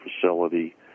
facility